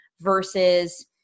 versus